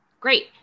great